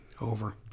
over